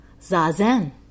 Zazen